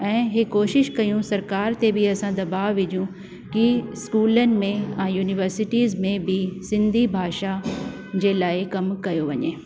ऐं हे कोशिशि कयूं सरकार ते बि असां दबाव विझूं कि स्कूलन में ऐं युनिवर्सिटीज़ में बि सिंधी भाषा जे लाइ कमु कयो वञे